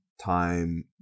time